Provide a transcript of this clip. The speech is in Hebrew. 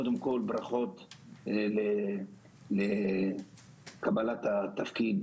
קודם כול, ברכות על קבלת התפקיד